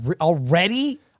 Already